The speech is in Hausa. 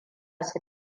su